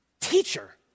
teacher